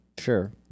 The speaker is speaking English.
Sure